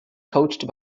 coached